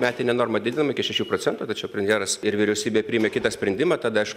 metinė norma didinama iki šešių procentų tačiau premjeras ir vyriausybė priėmė kitą sprendimą tada aišku